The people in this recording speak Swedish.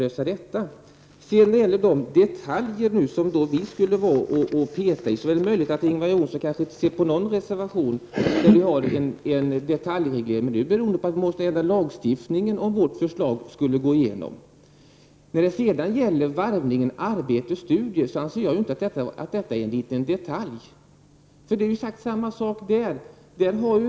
När det sedan gäller de detaljer som vi skall peta i är det möjligt att Ingvar Johnsson inte har sett någon reservation där vi har en detaljreglering. Det beror på att vi måste ändra i lagstiftningen om vårt förslag skulle gå igenom. Frågan om att varva arbete och studier anser jag inte vara någon liten detalj. Det är exakt samma sak där.